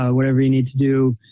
ah whatever you need to do.